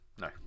no